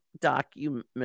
document